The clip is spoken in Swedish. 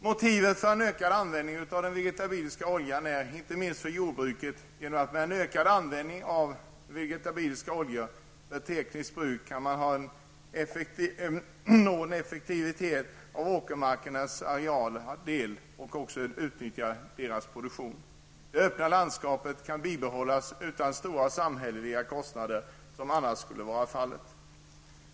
Motivet för en ökad användning av vegetabilisk olja för tekniskt bruk är inte minst att jordbruket kan uppnå en effektiv användning av åkermarken. Vidare kan det öppna landskapet bibehållas utan de samhälleliga kostnader som annars skulle bli nödvändiga.